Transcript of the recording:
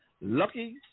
Lucky